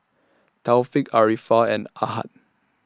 Taufik Arifa and Ahad